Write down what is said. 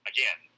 Again